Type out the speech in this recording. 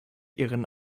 ihren